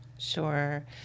Sure